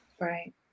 Right